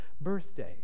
birthday